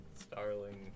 starling